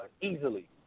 Easily